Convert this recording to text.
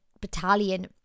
battalion